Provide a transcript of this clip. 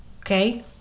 Okay